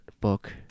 book